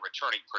returning